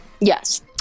Yes